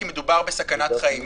כי מדובר בסכנת חיים.